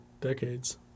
decades